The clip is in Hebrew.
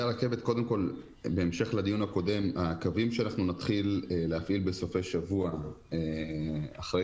בהמשך לדיון הקודם הקווים שנתחיל להפעיל בסופי שבוע אחרי